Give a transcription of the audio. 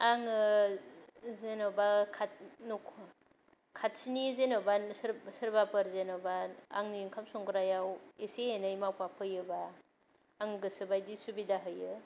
आङो जेन'बा खाथि न' खाथिनि जेन'बा सोरबाफोर जेन'बा आंनि ओंखाम संग्रायाव एसे एनै मावफाफैयोब्ला आं गोसोबायदि सुबिदा होयो